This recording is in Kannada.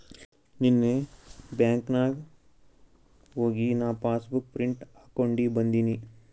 ನೀನ್ನೇ ಬ್ಯಾಂಕ್ಗ್ ಹೋಗಿ ನಾ ಪಾಸಬುಕ್ ಪ್ರಿಂಟ್ ಹಾಕೊಂಡಿ ಬಂದಿನಿ